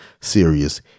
serious